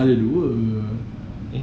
ada dua